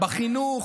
בחינוך,